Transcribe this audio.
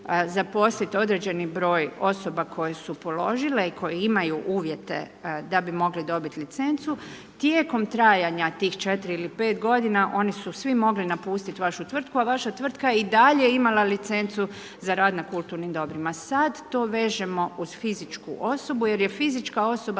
zaposliti određeni broj osoba koje su položile i koje imaju uvjete da bi mogle dobiti licencu. Tijekom trajanja tih 4 ili 5 g. oni su svi mogli napustiti vašu tvrtku, a vaša tvrtka je i dalje imala licencu za rad na kulturnim dobrima. Sada to vežemo uz fizičku osobu, jer je fizička osoba